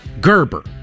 Gerber